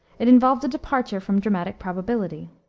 it involved a departure from dramatic probability.